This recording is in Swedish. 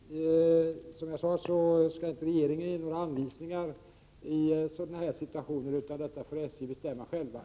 Fru talman! Som jag sade i svaret på frågan skall inte regeringen ge några anvisningar i sådana här situationer — detta får SJ bestämma självt.